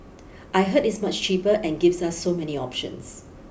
I heard it's much cheaper and gives us so many options